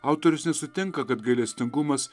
autorius nesutinka kad gailestingumas